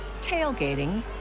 tailgating